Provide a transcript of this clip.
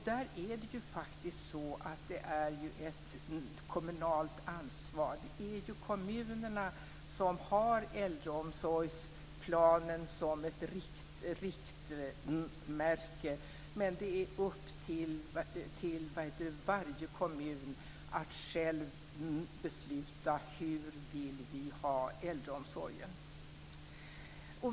Det är ett kommunalt ansvar. Det är kommunerna som har äldreomsorgsplanen som ett riktmärke. Det är upp till varje kommun att själv besluta om hur man vill ha äldreomsorgen.